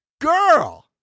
Girl